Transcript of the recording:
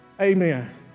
amen